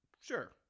Sure